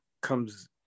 comes